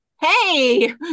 hey